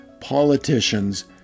politicians